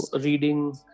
reading